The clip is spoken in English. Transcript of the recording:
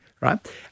right